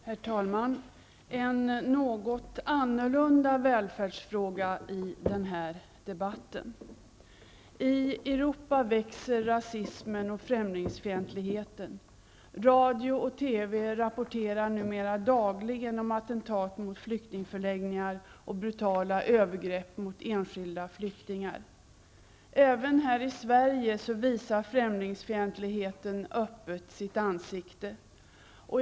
Herr talman! Jag skall ta upp en något annorlunda välfärdsfråga i den här debatten. I Europa växer rasismen och främlingsfientligheten. Radio och TV rapporterar numera dagligen om attentat mot flyktingförläggningar och brutala övergrepp mot enskilda flyktingar. Även här i Sverige visar främlingsfientligheten öppet sitt ansikte.